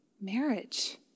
marriage